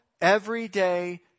everyday